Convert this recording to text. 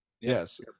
Yes